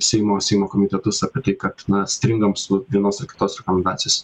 seimo seimo komitetus apie tai kad na stringam su vienos ar kitos rekomendacijos